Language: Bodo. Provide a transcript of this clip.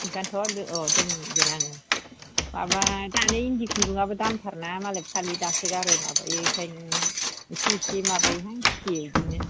ओंखायनोथ' अह दोनगोन आङो माबा दालाय इन्दि खुन्दुङाबो दाम थारना मालाय फालि दासोगारो माबायो बेखायनो एसे एसे माबायोहां फोयो बिदिनो